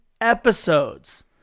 episodes